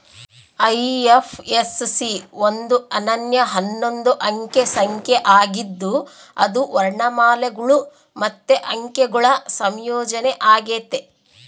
IFSC ಒಂದು ಅನನ್ಯ ಹನ್ನೊಂದು ಅಂಕೆ ಸಂಖ್ಯೆ ಆಗಿದ್ದು ಅದು ವರ್ಣಮಾಲೆಗುಳು ಮತ್ತೆ ಅಂಕೆಗುಳ ಸಂಯೋಜನೆ ಆಗೆತೆ